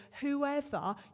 whoever